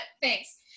Thanks